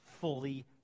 fully